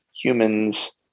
humans